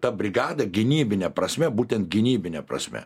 ta brigada gynybine prasme būtent gynybine prasme